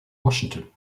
washington